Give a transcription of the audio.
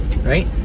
right